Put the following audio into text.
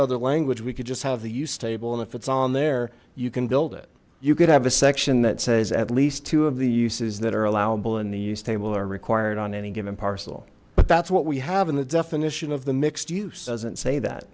other language we could just have the use table and if it's on there you can build it you could have a section that says at least two of the uses that are allowable in the use table are required on any given parcel but that's what we have in the definition of the